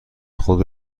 خود